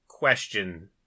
question